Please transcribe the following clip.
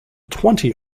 twenty